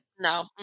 no